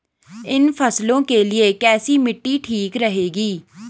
इन फसलों के लिए कैसी मिट्टी ठीक रहेगी?